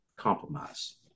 compromise